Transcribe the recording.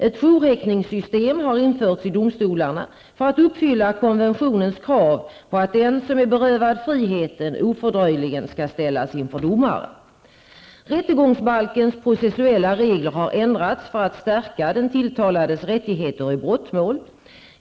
Ett jourhäktningssystem har införts i domstolarna för att uppfylla konventionens krav på att den som är berövad friheten ofördröjligen skall ställas inför domare. Rättegångsbalkens processuella regler har ändrats för att stärka den tilltalades rättigheter i brottmål.